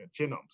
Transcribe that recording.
genomes